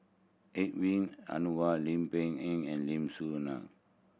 Hedwig Anuar Lim Peng Yan and Lim Soo Ngee